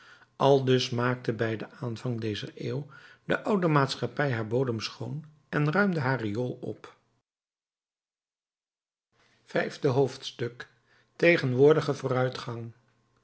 aldus maakte bij den aanvang dezer eeuw de oude maatschappij haar bodem schoon en ruimde haar riool op vijfde hoofdstuk tegenwoordige vooruitgang